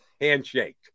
handshake